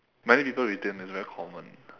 many people retain it's very common